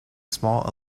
small